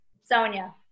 Sonia